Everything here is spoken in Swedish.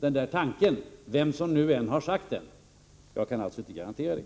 den tanke som jag nämnde förut, vem sorn än har framfört den — vem det är kan jag alltså inte garantera.